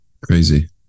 Crazy